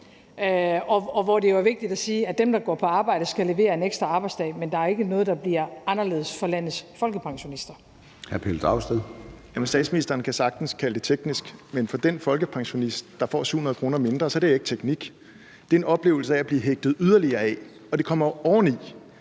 hvor det jo er vigtigt at sige, at dem, der går på arbejde, skal levere en ekstra arbejdsdag, men der er ikke noget, der bliver anderledes for landets folkepensionister. Kl. 13:15 Formanden (Søren Gade): Hr. Pelle Dragsted. Kl. 13:15 Pelle Dragsted (EL): Jamen statsministeren kan sagtens kalde det teknisk, men for den folkepensionist, der får 700 kr. mindre, er det ikke teknik, det er en oplevelse af at blive hægtet yderligere af. Det kommer oveni,